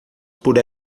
por